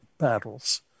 Battles